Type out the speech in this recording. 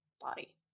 body